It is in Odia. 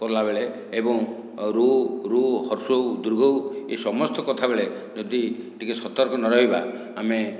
କଲାବେଳେ ଏବଂ ରୁ ଋ ହର୍ଷଉ ଦୀର୍ଘଉ ଏସମସ୍ତ କଥାବେଳେ ଯଦି ଟିକେ ସତର୍କ ନ ରହିବା ଆମେ